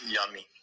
Yummy